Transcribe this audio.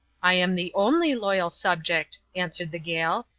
i am the only loyal subject, answered the gael.